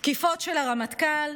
תקיפות של הרמטכ"ל,